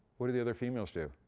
what do the other females do?